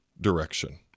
direction